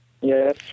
yes